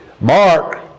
Mark